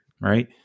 Right